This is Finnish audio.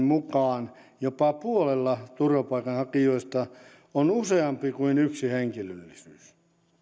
selvityksen mukaan jopa puolella turvapaikanhakijoista on useampi kuin yksi henkilöllisyys